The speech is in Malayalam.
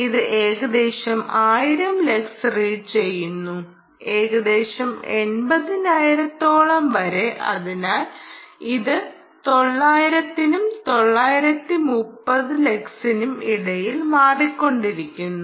ഇത് ഏകദേശം 1000 ലക്സ് റീഡ് ചെയ്യുന്നു ഏകദേശം എൺപതിനായിരത്തോളം വരും അതിനാൽ ഇത് 900 നും 930 ലക്സിനും ഇടയിൽ മാറികൊണ്ടിരിക്കുന്നു